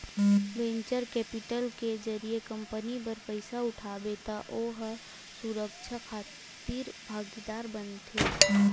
venture capital के जरिए company बर पइसा उठाबे त ओ ह सुरक्छा खातिर भागीदार बनथे